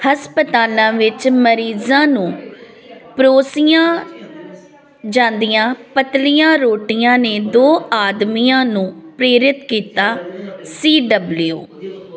ਹਸਪਤਾਲਾਂ ਵਿੱਚ ਮਰੀਜ਼ਾਂ ਨੂੰ ਪਰੋਸੀਆਂ ਜਾਂਦੀਆਂ ਪਤਲੀਆਂ ਰੋਟੀਆਂ ਨੇ ਦੋ ਆਦਮੀਆਂ ਨੂੰ ਪ੍ਰੇਰਿਤ ਕੀਤਾ ਸੀ ਡਬਲਯੂ